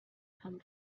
come